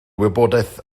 wybodaeth